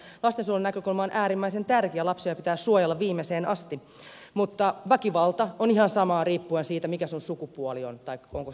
lastensuojelun näkökulma on äärimmäisen tärkeä lapsia pitää suojella viimeiseen asti mutta väkivalta on ihan samaa riippumatta siitä mikä sinun sukupuolesi on tai onko sinulla lapsia vai ei